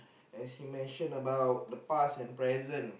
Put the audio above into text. as he mentioned about the past and present